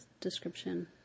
description